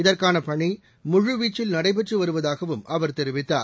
இதற்கான பணி முழுவீச்சில் நடைபெற்று வருவதாகவும் அவர் தெரிவித்தார்